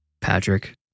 Patrick